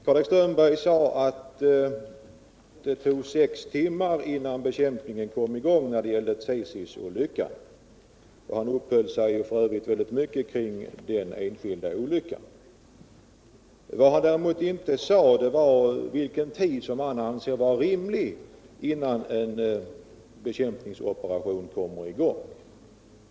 Karl-Erik Strömberg sade att det tog sex timmar innan bekämpningen kom igång vid Tsesisolyckan. Han uppehöll sig f. ö. väldigt mycket kring den enskilda olyckan. Vad han däremot inte sade var vilken tid som han anser vara rimlig innan en bekämpningsoperation kommer i gång.